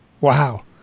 Wow